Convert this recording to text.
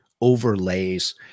overlays